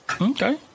Okay